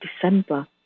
December